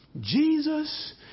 Jesus